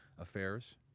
affairs